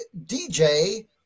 dj